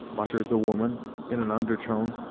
muttered the woman in an undertone.